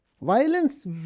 Violence